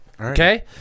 Okay